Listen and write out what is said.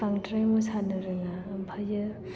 बांद्राय मोसानो रोङा आमफायो